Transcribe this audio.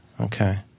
Okay